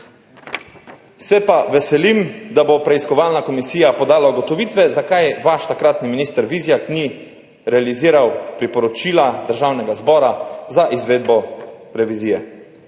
Se pa veselim, da bo preiskovalna komisija podala ugotovitve, zakaj vaš takratni minister Vizjak ni realiziral priporočila Državnega zbora za izvedbo revizije